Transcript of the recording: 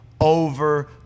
over